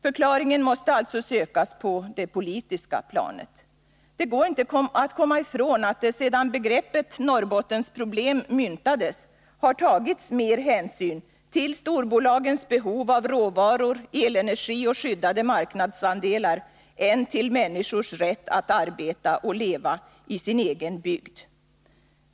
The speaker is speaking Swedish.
Förklaringen måste alltså sökas på det politiska planet. Det går inte att komma ifrån att det sedan begreppet Norrbottensproblemet myntades har tagits mer hänsyn till storbolagens behov av råvaror, elenergi och Nr 38 skyddade marknadsandelar än till människors rätt att arbeta och leva i sin Fredagen den egen bygd.